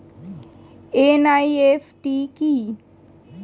NEFT কি?